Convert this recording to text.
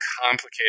complicated